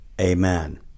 Amen